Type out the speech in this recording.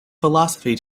philosophy